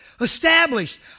Established